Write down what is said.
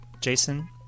Jason